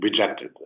rejected